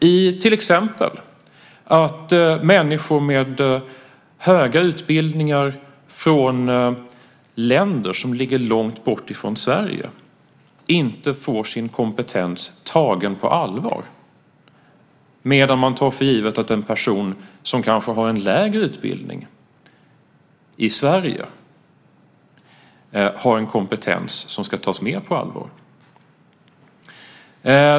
Det visas till exempel i att människor med höga utbildningar från länder som ligger långt bort från Sverige inte får sin kompetens tagen på allvar, medan man tar för givet att en person som kanske har en lägre utbildning i Sverige har en kompetens som ska tas mer på allvar.